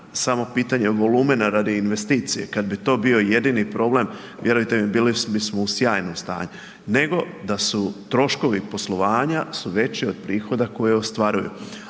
samo pitanje volumena radi investicije, kada bi to bio jedini problem, vjerujte mi bili bismo u sjajnom stanju, nego da su troškovi poslovanja, da su veći od prihoda koje ostvaruju.